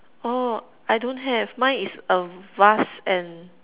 oh I don't have mine is a vase and